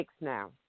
now